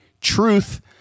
Truth